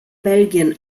belgien